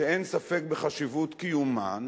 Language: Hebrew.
שאין ספק בחשיבות קיומם,